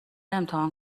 امتحان